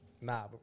nah